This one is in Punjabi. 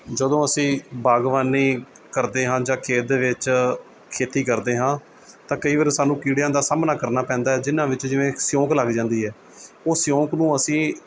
ਜਦੋਂ ਅਸੀਂ ਬਾਗ਼ਬਾਨੀ ਕਰਦੇ ਹਾਂ ਜਾਂ ਖੇਤ ਦੇ ਵਿੱਚ ਖੇਤੀ ਕਰਦੇ ਹਾਂ ਤਾਂ ਕਈ ਵਾਰ ਸਾਨੂੰ ਕੀੜਿਆਂ ਦਾ ਸਾਹਮਣਾ ਕਰਨਾ ਪੈਂਦਾ ਹੈ ਜਿਨ੍ਹਾਂ ਵਿੱਚ ਜਿਵੇਂ ਸਿਉਂਕ ਲੱਗ ਜਾਂਦੀ ਹੈ ਉਹ ਸਿਉਂਕ ਨੂੰ ਅਸੀਂ